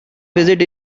visit